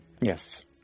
Yes